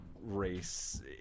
race